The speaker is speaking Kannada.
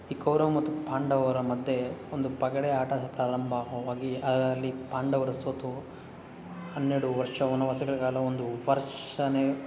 ಈ ಕೌರವ ಮತ್ತು ಪಾಂಡವರ ಮಧ್ಯೆ ಒಂದು ಪಗಡೆ ಆಟ ಪ್ರಾರಂಭವಾಗಿ ಅದರಲ್ಲಿ ಪಾಂಡವರು ಸೋತು ಹನ್ನೆರಡು ವರ್ಷ ವನವಾಸಗಳ ಕಾಲ ಒಂದು ವರ್ಷನೇ